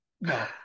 No